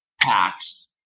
packs